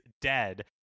dead